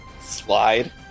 slide